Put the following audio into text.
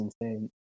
insane